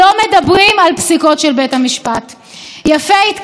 שיש לו מניית זהב בקרב מחנה השמאל,